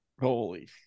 Holy